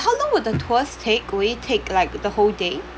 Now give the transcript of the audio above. how long would the tours take will it take like the whole day